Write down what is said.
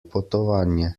potovanje